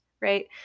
right